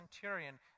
centurion